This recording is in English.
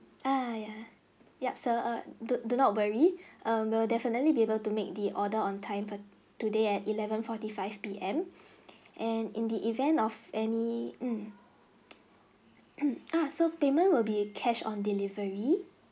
uh ya yup so err do do not worry err will definitely be able to make the order on time for today at eleven forty five P_M and in the event of any mm so payment will be cash on delivery